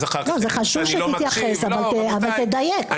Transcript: זה חשוב שתתייחס, אבל תדייק.